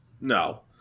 no